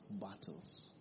battles